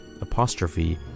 apostrophe